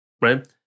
Right